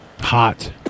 Hot